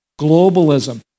Globalism